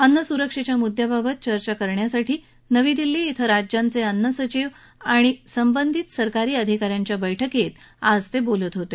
अन्न स्रक्षेच्या म्द्याबाबत चर्चा करण्यासाठी नवी दिल्ली इथं राज्यांचे अन्न सचिव आणि संबंधित सरकारी अधिका यांच्या बैठकीत आज ते बोलत होते